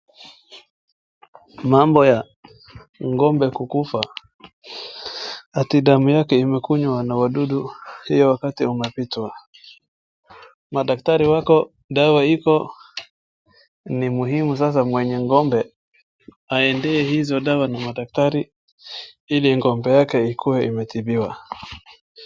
Mambo ya ng'ombe kukufa, ati damu yake imekunywa na wadudu, huo wakati umepitwa. Madaktari wako, dawa iko, ni muhimu sasa mwenye ng'ombe aendee hizo dawa kwa madaktari ili ng'ombe yake ikuwe imetibiwa.